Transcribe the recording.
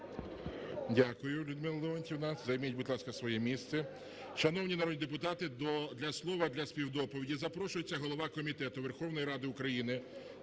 Дякую, Людмила Леонтіївна. Займіть, будь ласка, своє місце. Шановні народні депутати, до слова для співдоповіді запрошується голова Комітету Верховної Ради України